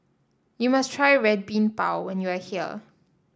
you must try Red Bean Bao when you are here